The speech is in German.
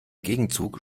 gegenzug